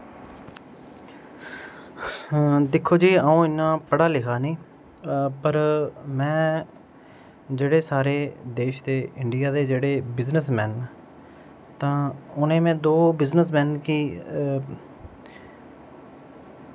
दिक्खो जी अं'ऊ इं'या पढ़े लिखे दा ते निं ऐ पर में जेह्ड़े साढ़े देश दे इंडिया दे जेह्ड़े बिज़नेसमैन न तां उ'नें ई में दो बिज़नेसमैन गी